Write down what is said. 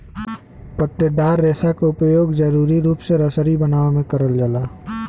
पत्तेदार रेसा क उपयोग जरुरी रूप से रसरी बनावे में करल जाला